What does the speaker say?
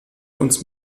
uns